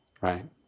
right